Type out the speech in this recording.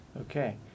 Okay